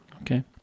Okay